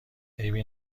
عیبی